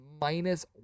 minus